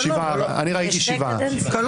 7 נגד,